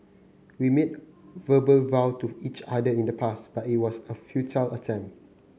we made verbal vow to each other in the past but it was a futile attempt